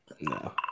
No